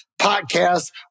podcast